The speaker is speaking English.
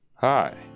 hi